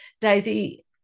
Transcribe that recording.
Daisy